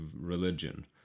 religion